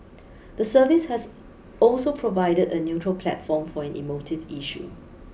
the service has also provided a neutral platform for an emotive issue